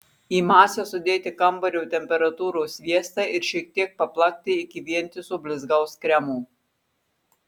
į masę sudėti kambario temperatūros sviestą ir šiek tiek paplakti iki vientiso blizgaus kremo